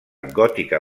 gòtica